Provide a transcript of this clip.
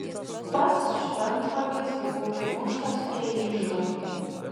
pats šventvagis buvo užmuštas prie iždo